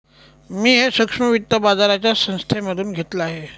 मी हे सूक्ष्म वित्त बाजाराच्या संस्थेमधून घेतलं आहे